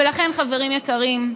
ולכן, חברים יקרים,